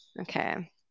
Okay